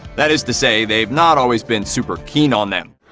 that is to say, they've not always been super keen on them.